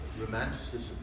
romanticism